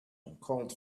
uncalled